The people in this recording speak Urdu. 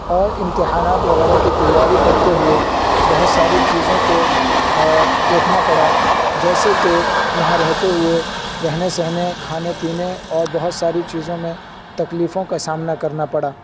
اور امتحانات وغیرہ کی تیاری کرتے ہوئے بہت ساری چیزوں کو دیکھنا پڑا جیسے کہ یہاں رہتے ہوئے رہنے سہنے کھانے پینے اور بہت ساری چیزوں میں تکلیفوں کا سامنا کرنا پڑا